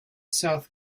south